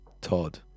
Todd